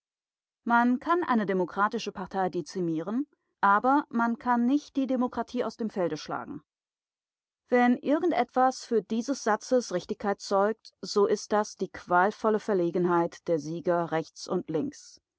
man kann eine demokratische partei dezimieren aber man kann nicht die demokratie aus dem felde schlagen wenn irgend etwas für dieses satzes richtigkeit zeugt so ist das die qualvolle verlegenheit der sieger rechts und links